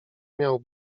miał